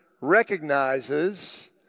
recognizes